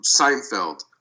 Seinfeld